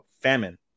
famine